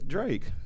Drake